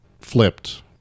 flipped